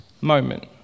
moment